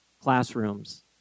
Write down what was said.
classrooms